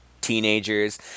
teenagers